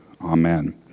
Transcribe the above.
amen